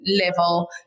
level